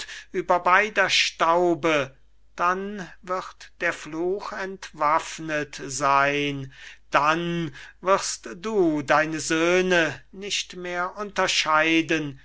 über beider staube dann wird der fluch entwaffnet sein dann wirst du deine söhne nicht mehr unterscheiden